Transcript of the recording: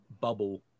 bubble